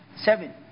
Seven